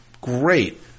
great